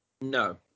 No